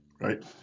right